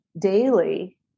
daily